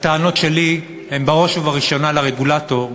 הטענות שלי הן בראש ובראשונה לרגולטור,